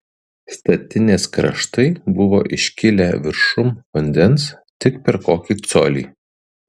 statinės kraštai buvo iškilę viršum vandens tik per kokį colį